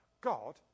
God